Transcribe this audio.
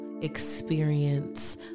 experience